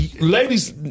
Ladies